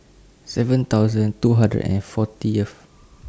seven thousand two hundred and fortyth